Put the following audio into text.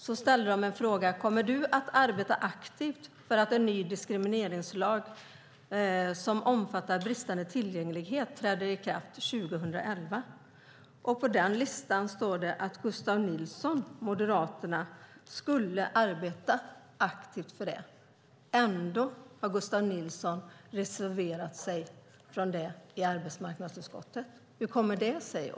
De undrade om man kommer att arbeta aktivt för att en ny diskrimineringslag som omfattar bristande tillgänglighet ska träda i kraft 2011. På den listan står det att Gustav Nilsson, Moderaterna, skulle arbeta aktivt i frågan. Ändå har Gustav Nilsson reserverat sig i frågan i arbetsmarknadsutskottet. Hur kommer det sig?